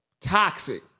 Toxic